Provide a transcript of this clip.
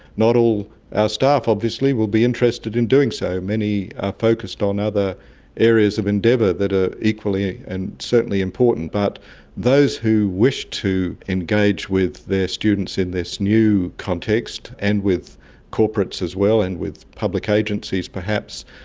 not all our staff obviously will be interested in doing so. many are focused on other areas of endeavour that are equally and certainly important, but those who wish to engage with their students in this new context, and with corporates as well and with public agencies perhaps,